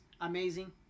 amazing